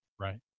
Right